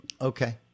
Okay